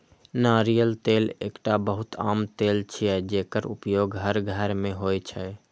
नारियल तेल एकटा बहुत आम तेल छियै, जेकर उपयोग हर घर मे होइ छै